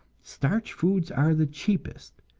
starch foods are the cheapest,